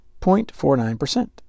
0.49%